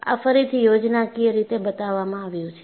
આ ફરીથી યોજનાકીય રીતે બતાવવામાં આવ્યું છે